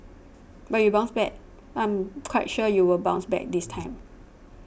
but you bounced back I'm quite sure you will bounce back this time